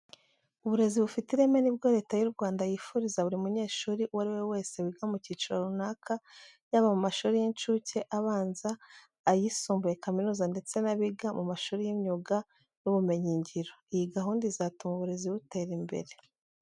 Uburezi bufite ireme ni bwo Leta y'u Rwanda yifuriza buri munyeshuri uwo ari we wese wiga mu cyiciro runaka yaba mu mashuri y'incuke, abanza, ayisumbuye, kaminuza ndetse n'abiga mu mashuri y'imyuga n'ubumenyingiro. Iyi gahunda izatuma uburezi butera imbere.